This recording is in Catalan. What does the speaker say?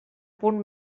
punt